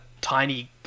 tiny